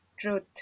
truth